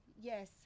Yes